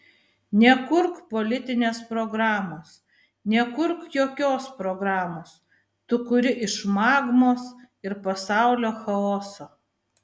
nekurk politinės programos nekurk jokios programos tu kuri iš magmos ir pasaulio chaoso